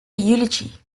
eulogy